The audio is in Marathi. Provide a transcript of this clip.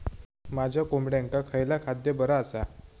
माझ्या कोंबड्यांका खयला खाद्य बरा आसा?